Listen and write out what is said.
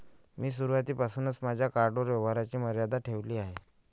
मी सुरुवातीपासूनच माझ्या कार्डवर व्यवहाराची मर्यादा ठेवली आहे